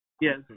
Yes